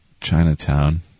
Chinatown